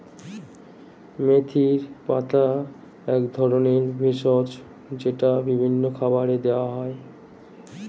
মেথির পাতা এক ধরনের ভেষজ যেটা বিভিন্ন খাবারে দেওয়া হয়